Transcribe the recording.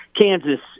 Kansas